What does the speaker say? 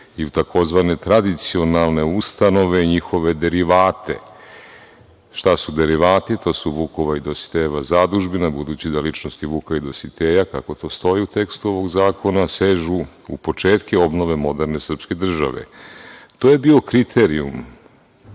ili tzv. tradicionalne ustanove i njihove derivate. Šta su derivati? To su Vukova i Dositejeva zadužbina, budući da ličnosti Vuka i Dositeja, kako to stoji u tekstu ovog zakona sežu u početke obnove moderne srpske države. To je bio kriterijum